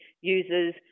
users